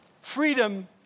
Freedom